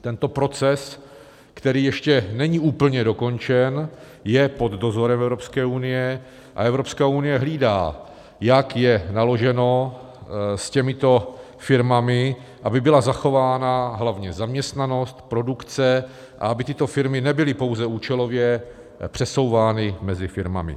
Tento proces, který ještě není úplně dokončen, je pod dozorem Evropské unie a Evropská unie hlídá, jak je naloženo s těmito firmami, aby byla zachována hlavně zaměstnanost, produkce a aby tyto firmy nebyly pouze účelově přesouvány mezi firmami.